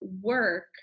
work